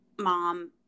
mom